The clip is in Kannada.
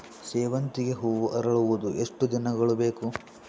ಸೇವಂತಿಗೆ ಹೂವು ಅರಳುವುದು ಎಷ್ಟು ದಿನಗಳು ಬೇಕು?